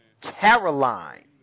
Caroline